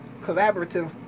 collaborative